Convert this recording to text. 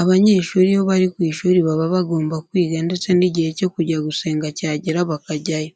Abanyeshuri iyo bari ku ishuri baba bagomba kwiga ndetse n'igihe cyo kujya gusenga cyagera bakajyayo.